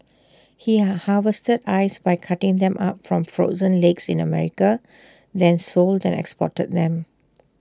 he harvested ice by cutting them up from frozen lakes in America then sold and exported them